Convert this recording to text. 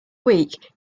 week